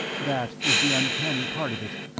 that is the uncanny part of it.